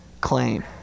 claim